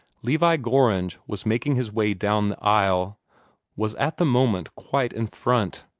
levi gorringe was making his way down the aisle was at the moment quite in front.